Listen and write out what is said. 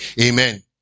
Amen